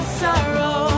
sorrow